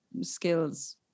skills